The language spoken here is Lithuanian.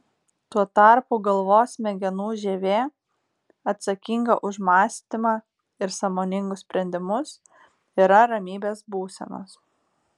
tuo tarpu galvos smegenų žievė atsakinga už mąstymą ir sąmoningus sprendimus yra ramybės būsenos